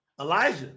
Elijah